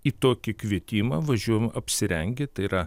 į tokį kvietimą važiuojam apsirengę tai yra